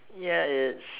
yeah it's